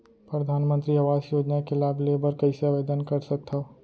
परधानमंतरी आवास योजना के लाभ ले बर कइसे आवेदन कर सकथव?